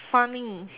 funny